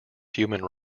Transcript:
human